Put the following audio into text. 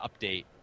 update